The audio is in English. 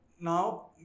now